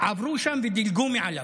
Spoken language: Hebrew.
עברו שם ודילגו מעליו.